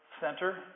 center